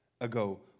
ago